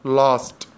lost